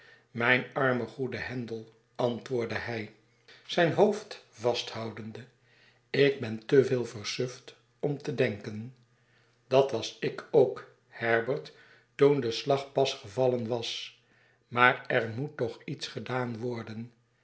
mijn arme goede handel antwoordde hij zijn hoofd vasthoudende ik ben te veel versuft om te denken dat was ik ook herbert toen de slag pas gevallen was maar er moet toch iets gedaan worden